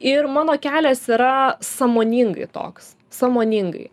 ir mano kelias yra sąmoningai toks sąmoningai